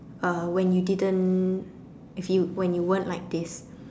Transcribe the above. uh when you didn't if you when you weren't like this